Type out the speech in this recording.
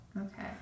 okay